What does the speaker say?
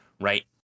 right